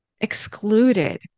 excluded